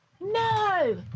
No